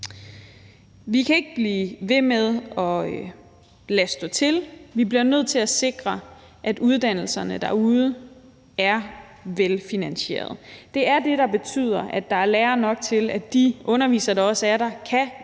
Vi kan ikke blive ved med at lade stå til. Vi bliver nødt til at sikre, at uddannelserne derude er velfinansierede. Det er det, der betyder, at der er lærere nok til, at de undervisere, der også er der, kan